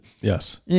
Yes